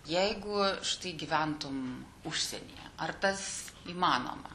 jeigu štai gyventum užsienyje ar tas įmanoma